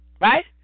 Right